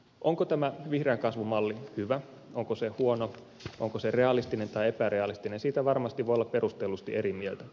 onko tämä vihreän kasvun malli hyvä onko se huono onko se realistinen tai epärealistinen siitä varmasti voi olla perustellusti eri mieltä